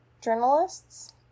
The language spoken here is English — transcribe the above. Journalists